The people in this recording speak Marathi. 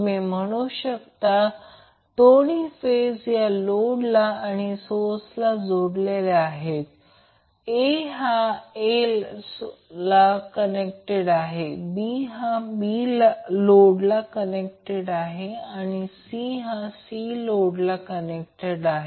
तुम्ही म्हणू शकता दोन्ही फेज या लोड आणि सोर्सला जोडलेले आहेत A हा A ला कनेक्टेड आहे B हा B लोडला कनेक्टेड आहे C हा C लोडला कनेक्टेड आहे